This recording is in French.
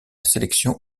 sélection